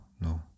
no